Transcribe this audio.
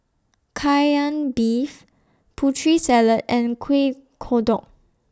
Kai Lan Beef Putri Salad and Kuih Kodok